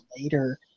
later